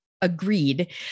Agreed